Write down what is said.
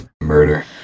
Murder